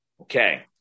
okay